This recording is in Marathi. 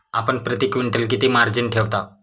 आपण प्रती क्विंटल किती मार्जिन ठेवता?